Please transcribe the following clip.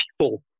people